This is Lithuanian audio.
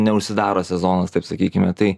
neužsidaro sezonas taip sakykime tai